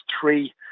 three